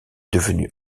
devenu